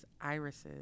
irises